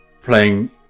playing